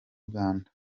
uganda